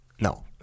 No